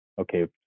Okay